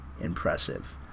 impressive